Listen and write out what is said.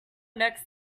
next